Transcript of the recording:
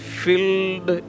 filled